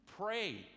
pray